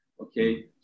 Okay